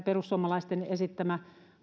perussuomalaisten esittämä